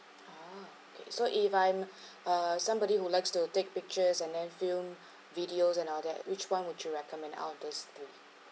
oh okay so if I'm uh somebody who likes to take pictures and then film videos and all that which one would you recommend out of those three